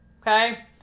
Okay